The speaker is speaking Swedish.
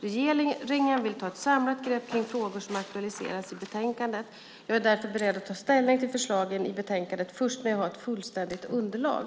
Regeringen vill ta ett samlat grepp kring de frågor som aktualiseras i betänkandet. Jag är därför beredd att ta ställning till förslagen i betänkandet först när jag har ett fullständigt underlag.